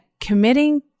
committing